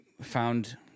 found